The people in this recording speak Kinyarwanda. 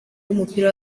w’umupira